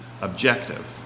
objective